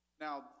Now